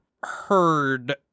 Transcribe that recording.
heard